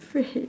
wait